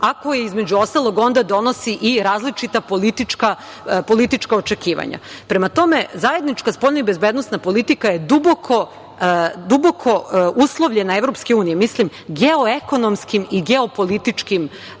a koje između ostalog donosi i različita politička očekivanja. Prema tome, zajednička spoljna i bezbednosna politika EU je duboko uslovljena geoekonomskim i geopolitičkim